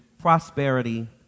prosperity